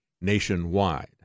nationwide